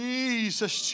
Jesus